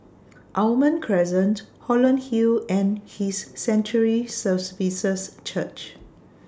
Almond Crescent Holland Hill and His Sanctuary Church